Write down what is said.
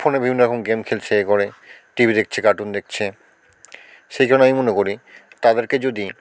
ফোনে বিভিন্ন রকম গেম খেলছে এ ঘরে টিভি দেখছে কার্টুন দেখছে সেই জন্য আমি মনে করি তাদেরকে যদি